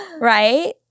right